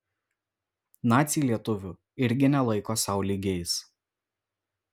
naciai lietuvių irgi nelaiko sau lygiais